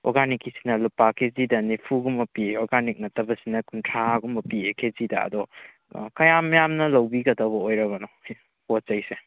ꯑꯣꯔꯒꯥꯅꯤꯛꯀꯤ ꯁꯤꯅ ꯂꯨꯄꯥ ꯀꯦꯖꯤꯗ ꯅꯤꯐꯨꯒꯨꯝꯕ ꯄꯤꯌꯦ ꯑꯣꯔꯒꯥꯅꯤꯛ ꯅꯠꯇꯕꯁꯤꯅ ꯀꯨꯟꯊ꯭ꯔꯥ ꯒꯨꯝꯕ ꯄꯤꯌꯦ ꯀꯦꯖꯤꯗ ꯑꯗꯣ ꯀꯌꯥꯝ ꯌꯥꯝꯅ ꯂꯧꯕꯤꯒꯗꯧꯕ ꯑꯣꯏꯔꯕꯅꯣ ꯄꯣꯠꯆꯩꯁꯦ